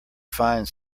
find